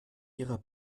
ihrer